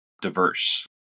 diverse